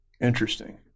Interesting